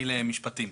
אני למשפטים.